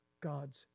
God's